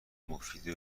مفیدی